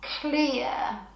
clear